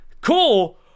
Cool